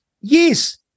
Yes